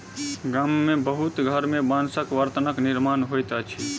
गाम के बहुत घर में बांसक बर्तनक निर्माण होइत अछि